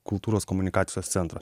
kultūros komunikacijos centrą